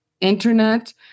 internet